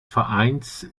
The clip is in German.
vereins